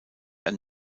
ein